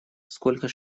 сколько